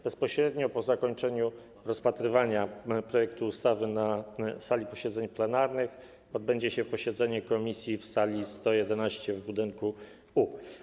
Bezpośrednio po zakończeniu rozpatrywania projektu ustawy na sali posiedzeń plenarnych odbędzie się posiedzenie komisji w sali nr 111 w budynku U.